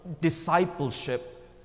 discipleship